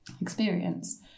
experience